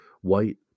white